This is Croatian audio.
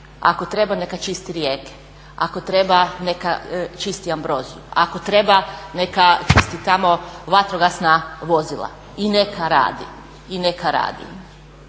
ako treba neka čisti rijeke, ako treba neka čisti ambroziju, ako treba neka čisti tamo vatrogasna i neka radi, i neka radi.